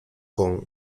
con